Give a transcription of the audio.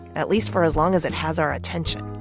at least for as long as it has our attention.